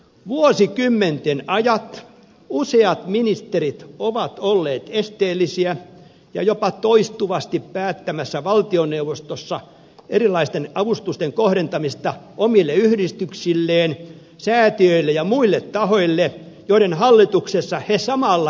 vuosikymmenten ajan useat ministerit ovat olleet esteellisiä ja jopa toistuvasti päättämässä valtioneuvostossa erilaisten avustusten kohdentamista omille yhdistyksilleen säätiöille ja muille tahoille joiden hallituksessa he samalla istuvat